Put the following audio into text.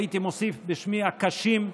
והייתי מוסיף בשמי: הקשים,